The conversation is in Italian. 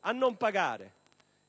a non pagare